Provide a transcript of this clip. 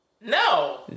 No